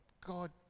God